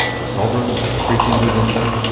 the sovereign of everything within them,